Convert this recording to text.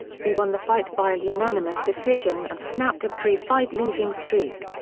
he won the fight via unanimous decision and snapped a three-fight losing streak.